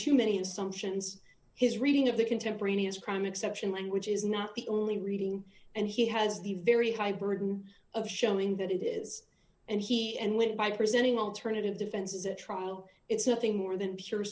too many assumptions his reading of the contemporaneous crime exception language is not the only reading and he has the very high burden of showing that it is and he and live by presenting alternative defenses at trial it's nothing more than pure